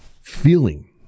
feeling